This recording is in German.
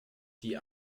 die